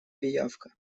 пиявка